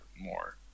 more